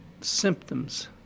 symptoms